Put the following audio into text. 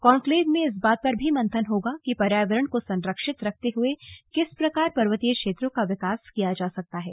conclave में इस बात पर भी मंथन होगा कि पर्यावरण को संरक्षित रखते हुए किस प्रकार पर्वतीय क्षेत्रों का विकास किया जा सकता है